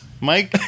Mike